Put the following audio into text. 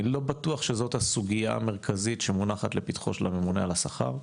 אני לא בטוח שזאת הסוגייה המרכזית שמונחת לפתחו של הממונה על השכר,